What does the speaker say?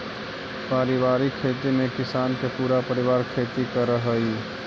पारिवारिक खेती में किसान के पूरा परिवार खेती करऽ हइ